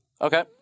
Okay